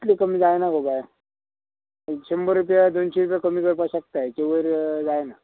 इतले कमी जायना गो बाय शंबर रुपया दोनशीं रुपया कमी करपाक शकता हेचे वयर जायना